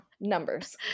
numbers